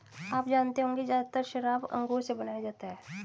आप जानते होंगे ज़्यादातर शराब अंगूर से बनाया जाता है